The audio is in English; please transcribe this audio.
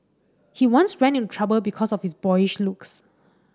he once ran into trouble because of his boyish looks